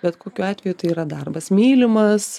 bet kokiu atveju tai yra darbas mylimas